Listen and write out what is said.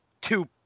two